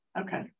Okay